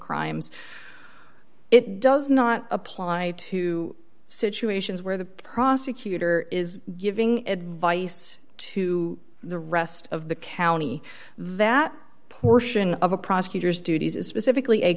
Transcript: crimes it does not apply to situations where the prosecutor is giving advice to the rest of the county that portion of a prosecutor's duties is specifically a